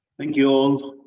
ah you.